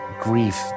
grief